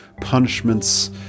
punishments